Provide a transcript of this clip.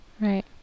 Right